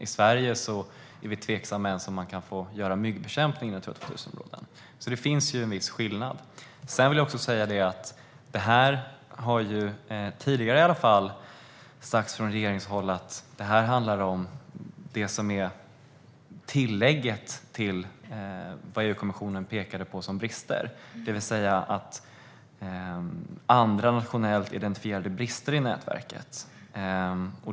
I Sverige är vi tveksamma till om man ens kan få göra myggbekämpning i Natura 2000-områden. Det finns alltså en viss skillnad. Det har åtminstone tidigare sagts från regeringen att detta handlar om det som är ett tillägg till sådant som EU-kommissionen pekade ut som brister, det vill säga andra nationellt identifierade brister i nätverket.